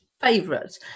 favorite